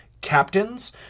captains